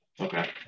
Okay